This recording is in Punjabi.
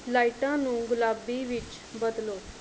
ਲਾਈਟਾਂ ਨੂੰ ਗੁਲਾਬੀ ਵਿੱਚ ਬਦਲੋ